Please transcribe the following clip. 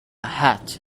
hat